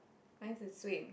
mine is swing